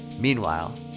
Meanwhile